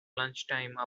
lunchtime